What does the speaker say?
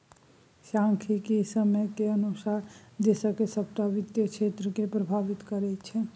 सांख्यिकी समय केर अनुसार देशक सभटा वित्त क्षेत्रकेँ प्रभावित करैत छै